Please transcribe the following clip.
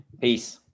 Peace